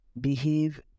behave